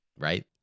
right